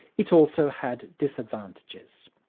it also had disadvantages,